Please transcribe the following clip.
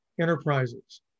enterprises